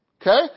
Okay